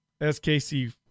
SKC